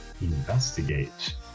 investigate